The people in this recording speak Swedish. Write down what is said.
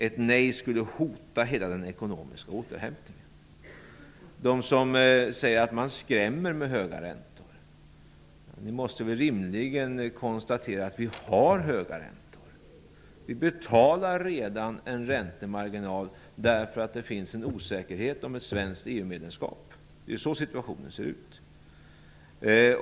Ett nej skulle hota hela den ekonomiska återhämtningen. De som säger att man skrämmer med höga räntor måste väl rimligen konstatera att vi har höga räntor. Vi betalar redan en räntemarginal därför att det finns en osäkerhet om ett svenskt EU-medlemskap. Det är så situationen ser ut.